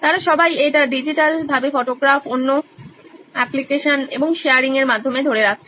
তারা সবাই এটা ডিজিটালভাবে ফটোগ্রাফ অন্য অ্যাপ্লিকেশন এবং শেয়ারিং এর মাধ্যমে ধরে রাখছে